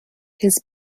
his